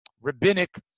rabbinic